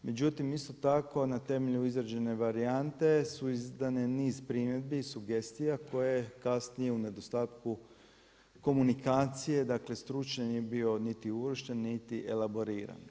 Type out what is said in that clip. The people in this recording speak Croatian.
Međutim, isto tako na temelju izrađene varijante su izdane niz primjedbi i sugestija koje kasnije u nedostatku komunikacije, dakle stručan je bio niti uvršten niti elaboriran.